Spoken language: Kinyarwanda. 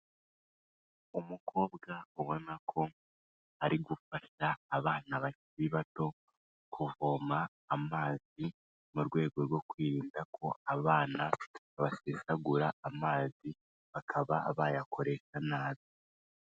Umukobwa ubona ko ari gufasha abana bakiri bato kuvoma amazi, mu rwego rwo kwirinda ko abana basesagura amazi bakaba bayakoresha nabi.